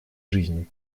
жизни